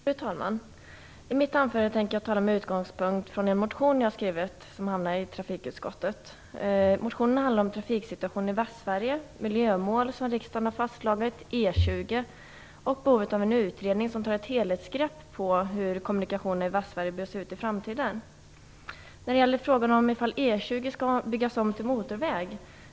Fru talman! I mitt anförande tänker jag tala med utgångspunkt från en motion jag har väckt, som har behandlats av trafikutskottet. Motionen handlar om trafiksituationen i Västsverige, miljömål som riksdagen har fastslagit, E 20 och behovet av en utredning som tar ett helhetsgrepp på hur kommunikationerna i Västsverige bör se ut i framtiden. Miljöpartiet motsätter sig att E 20 byggs om till motorväg.